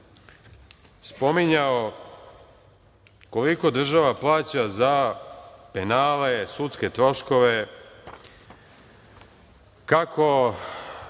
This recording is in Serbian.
spominjao koliko država plaća za penale, sudske troškove, kako